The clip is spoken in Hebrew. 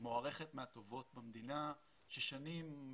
מוערכת מהטובות במדינה ששנים,